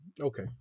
Okay